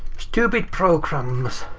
stupid programs!